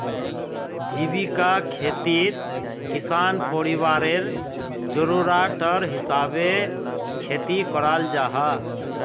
जीविका खेतित किसान परिवारर ज़रूराटर हिसाबे खेती कराल जाहा